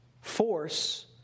force